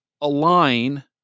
align